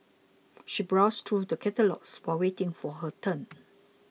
she browsed through the catalogues while waiting for her turn